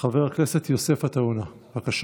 יוסף עטאונה, בבקשה.